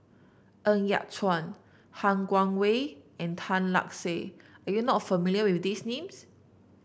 Ng Yat Chuan Han Guangwei and Tan Lark Sye are you not familiar with these names